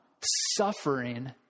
suffering